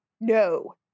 no